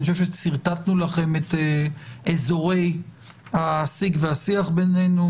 אני חשוב ששרטטנו לכם את אזורי השיג והשיח בינינו.